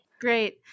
Great